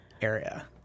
area